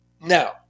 Now